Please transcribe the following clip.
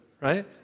right